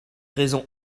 raisons